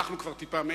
אנחנו כבר טיפה מעבר,